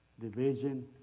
division